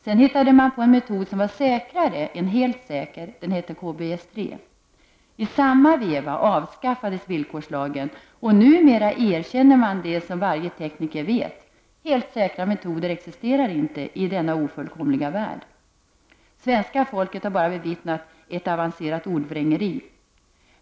Sedan hittade man på en metod som var säkrare än helt säker, KBS-3-metoden. I samma veva avskaffades villkorslagen. Numera erkänner man det som varje tekniker vet, dvs. att helt säkra metoder inte existerar i denna ofullkomliga värld. Svenska folket har bara bevittnat ett avancerat ordvrängeri.